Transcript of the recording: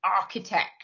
architect